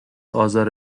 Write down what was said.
آزار